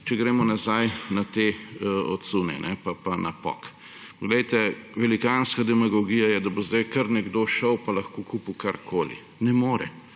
če gremo nazaj na te odsune pa na pok. Poglejte, velikanska demagogija je, da bo sedaj kar nekdo šel pa lahko kupil karkoli. Ne more.